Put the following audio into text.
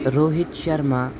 Rohit Sharma